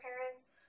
parents